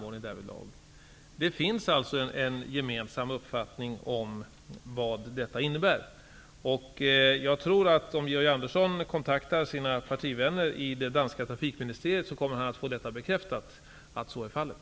Det finns alltså en gemensam uppfattning om vad detta innebär. Om Georg Andersson kontaktar sina partivänner i det danska trafikministeriet kommer han att få bekräftat att så är fallet.